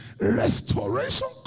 restoration